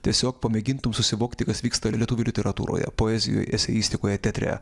tiesiog pamėgintum susivokti kas vyksta ir lietuvių literatūroje poezijoje eseistikoje teatre